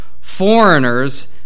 Foreigners